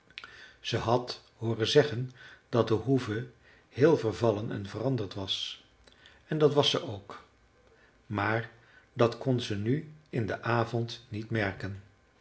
ze had hooren zeggen dat de hoeve heel vervallen en veranderd was en dat was ze ook maar dat kon ze nu in den avond niet merken